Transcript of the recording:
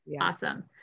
awesome